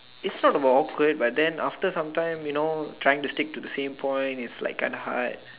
it's not about awkward but then after some time you know trying to stick to the same point it's like damn hard